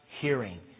hearing